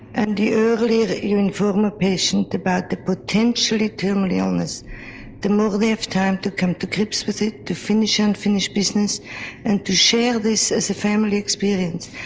and the earlier you inform a patient about the potentially terminal illness the more they have time to come to grips with it, to finish and unfinished business and to share this as a family experience.